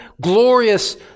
glorious